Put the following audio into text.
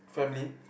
family